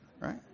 Right